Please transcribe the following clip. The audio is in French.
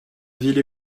ville